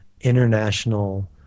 international